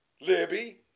Libby